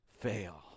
fail